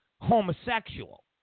homosexual